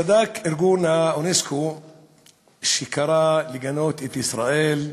צדק ארגון אונסק"ו שקרא לגנות את ישראל,